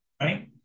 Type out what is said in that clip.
right